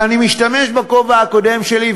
ואני משתמש בכובע הקודם שלי,